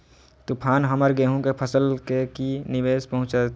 तूफान हमर गेंहू के फसल के की निवेस पहुचैताय?